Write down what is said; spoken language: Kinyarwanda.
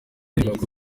ndirimbo